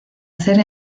hacer